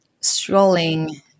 strolling